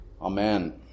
Amen